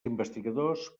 investigadors